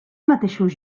mateixos